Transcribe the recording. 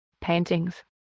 paintings